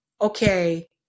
okay